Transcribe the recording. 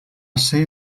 ser